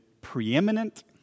preeminent